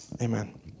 Amen